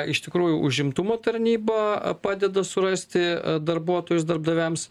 iš tikrųjų užimtumo tarnyba a padeda surasti darbuotojus darbdaviams